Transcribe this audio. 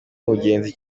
ingenzi